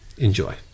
Enjoy